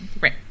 Right